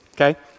okay